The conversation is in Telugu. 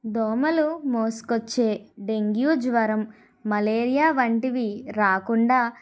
దోమలు మోసుకొచ్చే డెంగ్యూ జ్వరం మలేరియా వంటివి రాకుండా